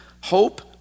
hope